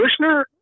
Kushner